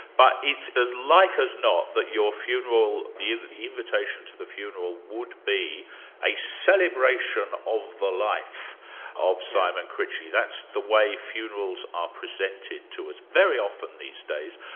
but it's as like as not that your funeral, the the invitation to the funeral would be a celebration of the life of simon critchley, that's the way funerals are presented to us very often these days,